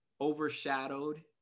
overshadowed